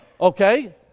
okay